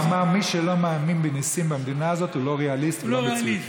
הוא אמר: מי שלא מאמין בניסים במדינה הזאת הוא לא ריאליסט ולא מציאותי.